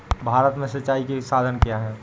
भारत में सिंचाई के साधन क्या है?